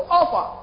offer